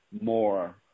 more